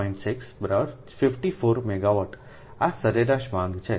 6 54 megawatt આ સરેરાશ માંગ છે